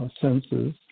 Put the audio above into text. senses